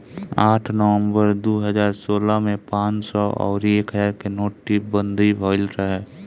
आठ नवंबर दू हजार सोलह में पांच सौ अउरी एक हजार के नोटबंदी भईल रहे